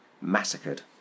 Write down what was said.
massacred